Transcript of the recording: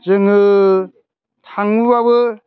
जोङो थाङोब्लाबो